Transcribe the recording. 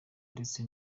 ndetse